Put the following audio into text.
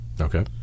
Okay